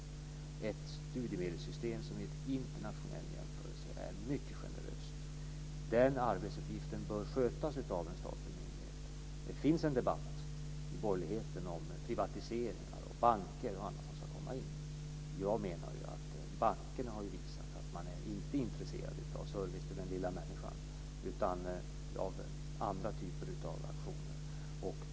Det är ett studiemedelssystem som vid internationell jämförelse är mycket generöst. Den arbetsuppgiften bör skötas av en statlig myndighet. Det finns en debatt i borgerligheten om privatiseringar och om banker och andra som ska komma in. Jag menar att bankerna har visat att de inte är intresserade av service till den lilla människan utan av andra typer av aktioner.